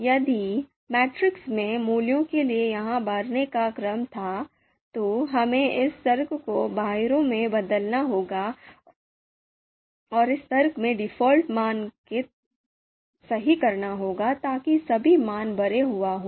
यदि मैट्रिक्स में मूल्यों के लिए यह भरने का क्रम था तो हमें इस तर्क को बायरो में बदलना होगा और इस तर्क में डिफ़ॉल्ट मान को सही करना होगा ताकि सभी मान भरे हुए हों